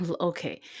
okay